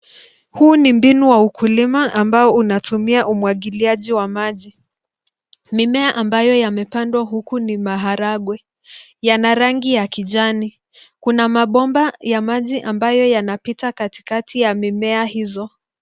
Huu ni mbinu wa ukulima ambao unatumia umwagiliaji wa maji. Mimea ambayo yamepandwa huku nu maharagwe, yana rangi ya kijani. Kuna mabomba ya maji ambayo yanapita katikati ya mimea hizo.